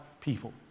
people